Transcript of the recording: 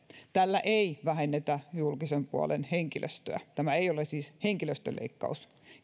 tällä ei vähennetä julkisen puolen henkilöstöä tämä ei ole siis henkilöstöleikkaus